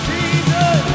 Jesus